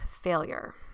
failure